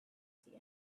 see